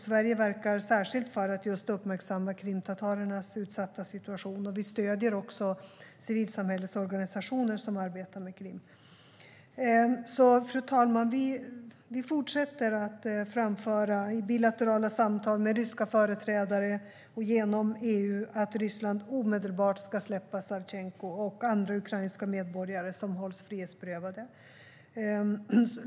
Sverige verkar särskilt för att just uppmärksamma krimtatarernas utsatta situation. Vi stöder också civilsamhällets organisationer som arbetar med Krim. Fru talman! Vi fortsätter att framföra i bilaterala samtal med ryska företrädare och genom EU att Ryssland omedelbart ska släppa Savtjenko och andra ukrainska medborgare som hålls frihetsberövade.